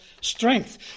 strength